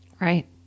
Right